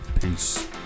Peace